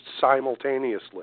simultaneously